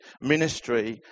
ministry